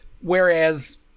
Whereas